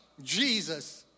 Jesus